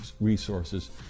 resources